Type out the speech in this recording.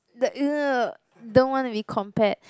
that don't wanna to be compared